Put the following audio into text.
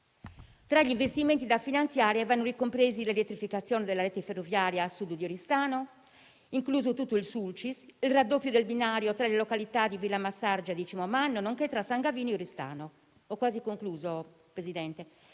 Tra gli investimenti da finanziare, vanno ricompresi l'elettrificazione della rete ferroviaria a sud di Oristano, incluso tutto il Sulcis; il raddoppio del binario tra le località di Villamassargia e Decimomannu, nonché tra San Gavino e Oristano; il potenziamento